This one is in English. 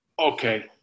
okay